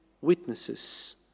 witnesses